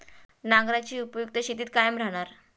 नांगराची उपयुक्तता शेतीत कायम राहणार